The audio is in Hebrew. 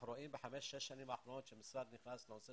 אנחנו רואים בחמש-שש השנים האחרונות שהמשרד נכנס לנושא